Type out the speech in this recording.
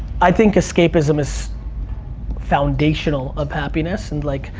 i think escapism is foundational of happiness, and, like,